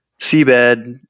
seabed